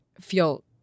feel